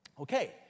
Okay